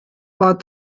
war